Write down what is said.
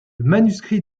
manuscrit